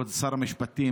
כבוד שר המשפטים,